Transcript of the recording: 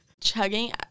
Chugging